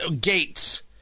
Gates